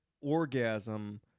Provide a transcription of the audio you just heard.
orgasm